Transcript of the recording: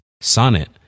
Sonnet